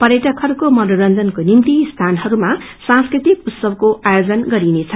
पर्यटकहरूको मनोरंजनको निभ्ति यी स्थानहरूमा सांस्कृतिक उत्सवकोआयोजन पनि गरिनेछ